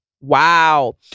Wow